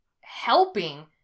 helping